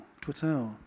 Twitter